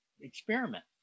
experiment